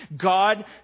God